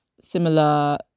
similar